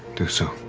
do so.